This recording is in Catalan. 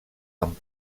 amb